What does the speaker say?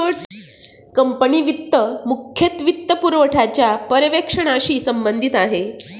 company वित्त मुख्यतः वित्तपुरवठ्याच्या पर्यवेक्षणाशी संबंधित आहे